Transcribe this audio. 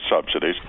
subsidies